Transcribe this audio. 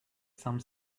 some